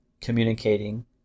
communicating